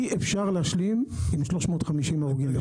אי-אפשר להשלים עם 350 הרוגים בשנה.